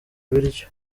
ibiryo